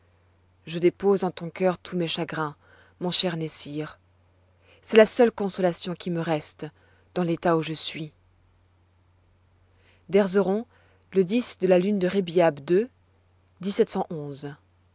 je dépose en ton cœur tous mes chagrins mon cher nessir c'est la seule consolation qui me reste dans l'état où je suis d'erzeron le de la lune de